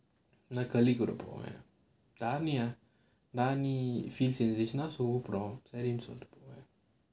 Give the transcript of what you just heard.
என்:en colleague கூட போவேன்:kooda povaen சரினு சொல்லிட்டு போவேன்:sarinu sollittu povaen